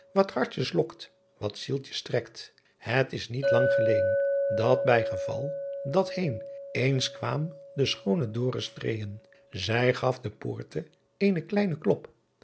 wat hartjen lokt wat zieltjen trekt het is niet lang geleên dat by geval dat heen eens quam de schoone doris treên zy gaf de poorte een kleene klop